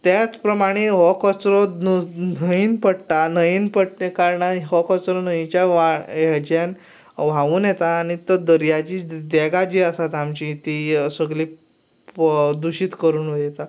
त्या प्रमाणें हो कचरो खंयय पडटा न्हंयेंत पडटल्या कारणान हो कचरो न्हंयेच्या व्हाळ हेच्यान व्हांवून येता आनी तो दर्याची देगां जीं आसात आमची तीं सगळीं पो दुशीत करून वयतात